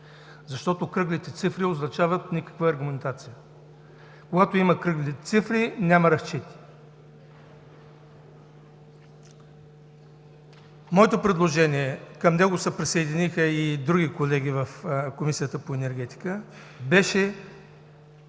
защото кръглите цифри не означава аргументация. Когато има кръгли цифри, няма разчети. Моето предложение – към него се присъединиха и други колеги в Комисията по енергетика – беше